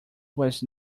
was